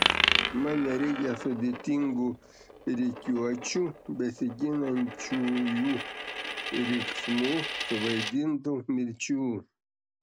man nereikia sudėtingų rikiuočių besiginančiųjų riksmų suvaidintų mirčių